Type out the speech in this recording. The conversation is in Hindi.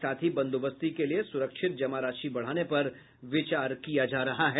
साथ ही बंदोबस्ती के लिए सुरक्षित जमा राशि बढ़ाने पर विचार किया जा रहा है